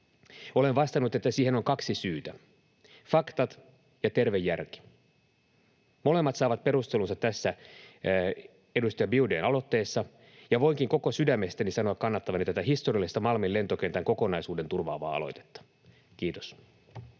Olen vastannut, että siihen on kaksi syytä: faktat ja terve järki. Molemmat saavat perustelunsa tässä edustaja Biaudet’n aloitteessa, ja voinkin koko sydämestäni sanoa kannattavani tätä historiallista Malmin lentokentän kokonaisuuden turvaavaa aloitetta. — Kiitos.